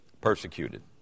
persecuted